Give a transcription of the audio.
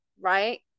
right